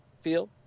feel